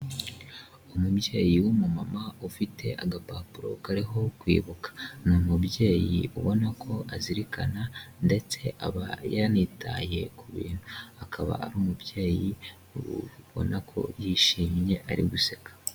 Umubyeyi w'umumama ufite agapapuro kariho kwibuka, ni umubyeyi ubona ko azirikana ndetse aba yanitaye ku bintu, akaba ari umubyeyi ubona ko yishimye ari guseka.